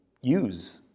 use